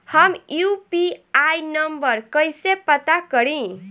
हम UPI number कइसे पता करी?